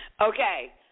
Okay